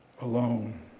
alone